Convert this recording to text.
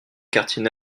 quartiers